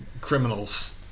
criminals